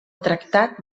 tractat